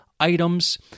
items